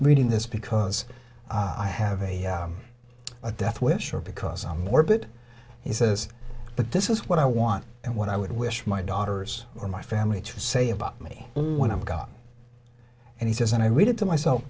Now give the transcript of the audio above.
reading this because i have a death wish or because i'm morbid he says but this is what i want and what i would wish my daughters or my family to say about me when i've got and he says and i read it to myself